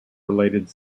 related